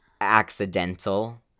accidental